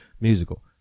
musical